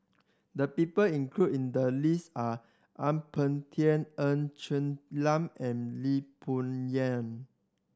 the people included in the list are Ang Peng Tiam Ng Chen Lam and Lee Boon Yang